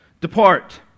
depart